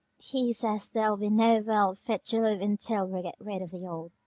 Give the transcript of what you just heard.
he says there'll be no world fit to live in till we get rid of the old.